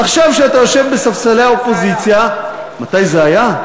עכשיו, כשאתה יושב בספסלי האופוזיציה, מתי זה היה?